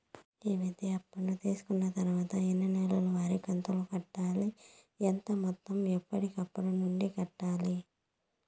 ఈ విద్యా అప్పు తీసుకున్న తర్వాత ఎన్ని నెలవారి కంతులు కట్టాలి? ఎంత మొత్తం ఎప్పటికప్పుడు నుండి కట్టాలి?